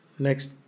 Next